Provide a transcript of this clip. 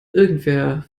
irgendwer